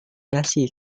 dasi